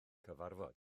cyfarfod